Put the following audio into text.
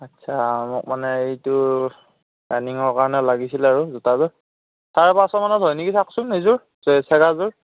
আচ্ছা মোক মানে এইটো ৰাণিঙৰ কাৰণে লাগিছিল আৰু জোতাযোৰ চাৰে পাঁচশ মানত হয় নেকি চাওকচোন এইযোৰ এই ফেডাৰযোৰ